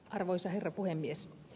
arvoisa herra puhemies